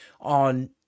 on